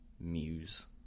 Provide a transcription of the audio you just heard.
Muse